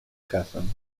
casan